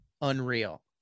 unreal